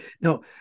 No